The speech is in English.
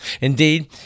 Indeed